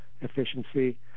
efficiency